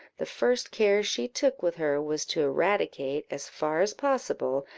the first care she took with her was to eradicate, as far as possible,